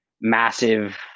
massive